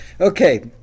Okay